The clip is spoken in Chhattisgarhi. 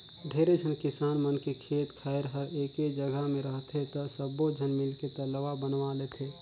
ढेरे झन किसान मन के खेत खायर हर एके जघा मे रहथे त सब्बो झन मिलके तलवा बनवा लेथें